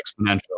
exponential